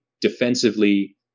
defensively